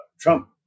Trump